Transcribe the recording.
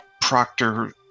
Proctor